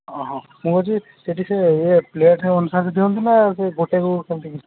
ମୁଁ କହୁଛି ସେଇଠି ସେ ଇଏ ପ୍ଲେଟ୍ ଅନୁସାରେ ଦିଅନ୍ତି ନା ସେ ଗୋଟେକୁ ସେମିତି କିଛି